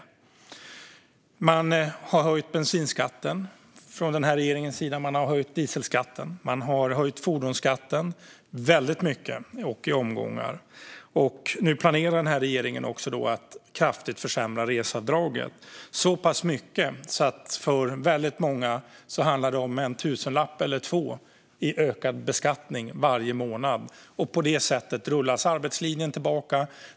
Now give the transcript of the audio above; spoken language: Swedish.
Regeringen har höjt bensinskatten, dieselskatten och fordonsskatten väldigt mycket och i omgångar. Nu planerar regeringen också att kraftigt försämra reseavdraget, så pass mycket att det för många handlar om en tusenlapp eller två i ökad beskattning varje månad. På det sättet rullas arbetslinjen tillbaka.